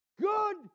Good